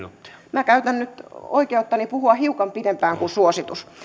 minä käytän nyt oikeuttani puhua hiukan pitempään kuin suositus on